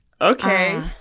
Okay